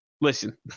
Listen